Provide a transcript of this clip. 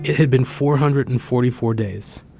had been four hundred and forty four days.